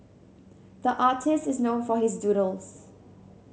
the artist is known for his doodles